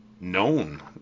known